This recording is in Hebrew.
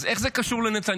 אז איך זה קשור לנתניהו?